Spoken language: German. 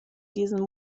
diesen